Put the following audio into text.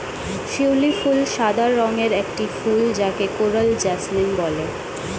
শিউলি ফুল সাদা রঙের একটি ফুল যাকে কোরাল জেসমিন বলে